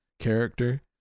Character